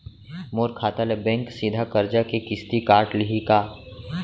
मोर खाता ले बैंक सीधा करजा के किस्ती काट लिही का?